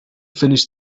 finish